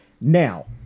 Now